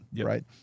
right